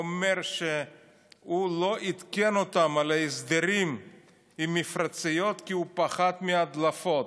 אומר שהוא לא עדכן אותם על ההסדרים עם המפרציות כי הוא פחד מהדלפות.